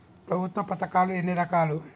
ప్రభుత్వ పథకాలు ఎన్ని రకాలు?